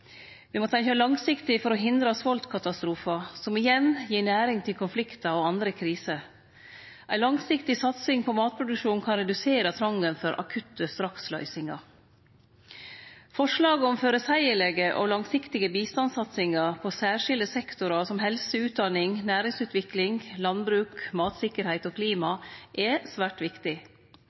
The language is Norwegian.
Me må tenkje langsiktig for å hindre svoltkatastrofar, som igjen gir næring til konfliktar og andre kriser. Ei langsiktig satsing på matproduksjon kan redusere trongen for akutte straksløysingar. Forslaget om føreseielege og langsiktige bistandssatsingar på særskilde sektorar som helse, utdanning, næringsutvikling, landbruk/matsikkerheit og klima er svært viktig.